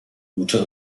gute